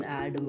add